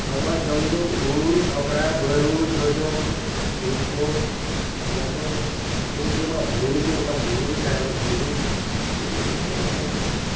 ᱟᱵᱚᱣᱟᱜ ᱡᱚᱢ ᱫᱚ ᱩᱞ ᱟᱢᱲᱟ ᱵᱟᱹᱨᱩ ᱡᱚᱡᱚ ᱠᱩᱫ ᱠᱚ ᱚᱱᱟ ᱠᱚ ᱜᱮᱵᱚ ᱡᱚᱢᱟ ᱵᱷᱩᱰᱨᱩ ᱠᱚ ᱢᱤᱫᱴᱟᱝ ᱵᱩᱨᱩ ᱨᱮ ᱛᱟᱦᱮᱱᱟ ᱵᱷᱩᱰᱨᱩ ᱤᱱᱟᱹ ᱠᱚᱜᱮ ᱵᱚ ᱡᱚᱢᱟ ᱟᱵᱚ ᱫᱚ